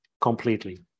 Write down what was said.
completely